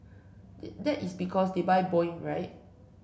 that is because they buy Boeing right